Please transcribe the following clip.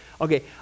Okay